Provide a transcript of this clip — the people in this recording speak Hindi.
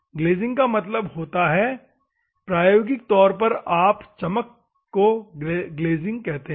ग्लेजिंग का मतलब होता है प्रायोगिक तौर पर आप चमकने को ग्लेजिंग कहते हैं